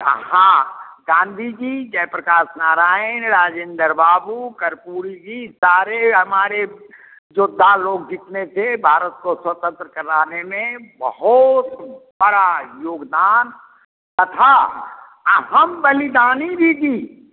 हाँ गाँधी जी जय प्रकाश नारायण राजेन्दर बाबू कर्पूरी जी सारे हमारे योद्धा लोग जितने थे भारत को स्वतन्त्र कराने में बहुत बड़ा योगदान तथा अहम बलिदानी भी दी